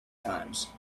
times